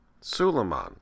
Suleiman